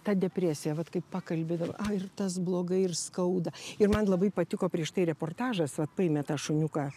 ta depresija vat kaip pakalbi dabar ir tas blogai ir skauda ir man labai patiko prieš tai reportažas vat paėmė tą šuniuką